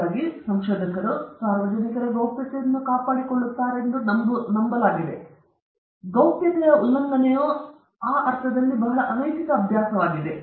ಹಾಗಾಗಿ ಸಂಶೋಧಕರು ಗೌಪ್ಯತೆಯನ್ನು ಕಾಪಾಡಿಕೊಳ್ಳುತ್ತಾರೆಂದು ನಂಬುತ್ತಾರೆ ಆದರೆ ಗೌಪ್ಯತೆಯ ಉಲ್ಲಂಘನೆಯು ಆ ಅರ್ಥದಲ್ಲಿ ಬಹಳ ಅನೈತಿಕ ಅಭ್ಯಾಸವಾಗಿದೆ